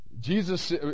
Jesus